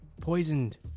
poisoned